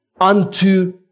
unto